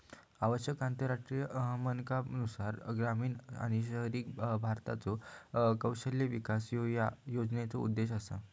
आवश्यक आंतरराष्ट्रीय मानकांनुसार ग्रामीण आणि शहरी भारताचो कौशल्य विकास ह्यो या योजनेचो उद्देश असा